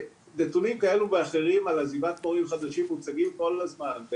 נתונים כאלו ואחרים על עזיבת מורים חדשים מוצגים כל הזמן,